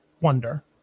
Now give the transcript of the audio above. wonder